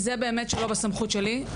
זה באמת לא בסמכות שלי,